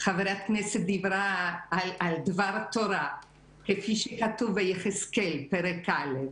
חברת הכנסת דיברה על דבר תורה כפי שכתוב ביחזקאל בפרק א',